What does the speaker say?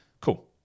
Cool